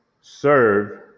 serve